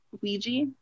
Ouija